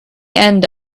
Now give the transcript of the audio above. end